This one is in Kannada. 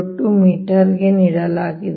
02 ಮೀಟರ್ ನೀಡಲಾಗಿದೆ